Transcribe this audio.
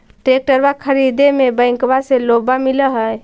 ट्रैक्टरबा खरीदे मे बैंकबा से लोंबा मिल है?